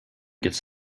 gets